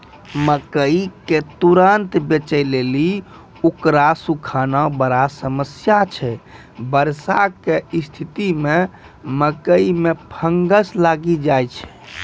मकई के तुरन्त बेचे लेली उकरा सुखाना बड़ा समस्या छैय वर्षा के स्तिथि मे मकई मे फंगस लागि जाय छैय?